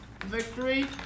victory